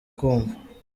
kumva